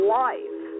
life